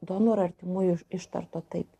donoro artimųjų ištarto taip